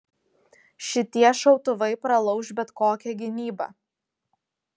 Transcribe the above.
šitie šautuvai pralauš bet kokią gynybą